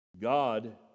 God